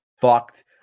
fucked